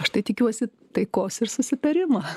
aš tai tikiuosi taikos ir susitarimo